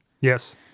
Yes